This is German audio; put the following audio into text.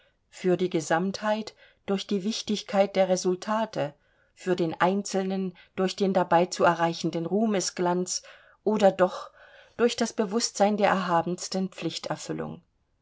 für die gesamtheit durch die wichtigkeit der resultate für den einzelnen durch den dabei zu erreichenden ruhmesglanz oder doch durch das bewußtsein der erhabensten pflichterfüllung